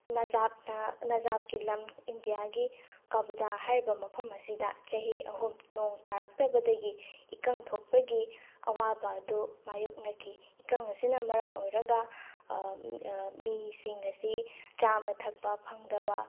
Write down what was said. ꯅꯖꯥꯞꯅ ꯅꯖꯥꯞꯀꯤ ꯂꯝ ꯏꯟꯗꯤꯌꯥꯒꯤ ꯀꯕꯨꯗꯥ ꯍꯥꯏꯔꯤꯕ ꯃꯐꯝ ꯑꯁꯤꯗ ꯆꯍꯤ ꯑꯍꯨꯝ ꯅꯣꯡ ꯇꯥꯔꯛꯇꯕꯗꯒꯤ ꯏꯀꯪ ꯊꯣꯛꯄꯒꯤ ꯑꯋꯥꯕ ꯑꯗꯨ ꯃꯥꯏꯌꯣꯛꯅꯈꯤ ꯏꯀꯪ ꯑꯁꯤꯅ ꯃꯔꯝ ꯑꯣꯏꯔꯒ ꯃꯤꯁꯤꯡ ꯑꯁꯤ ꯆꯥꯕ ꯊꯛꯄ ꯐꯪꯗꯕ